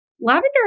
Lavender